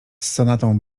sonatą